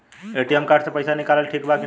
ATM card से पईसा निकालल ठीक बा की ना?